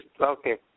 okay